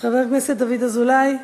חבר הכנסת דוד אזולאי.